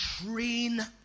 train